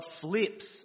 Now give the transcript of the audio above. flips